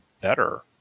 better